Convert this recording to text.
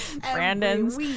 Brandon's